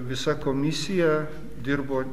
visa komisija dirbo